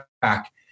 back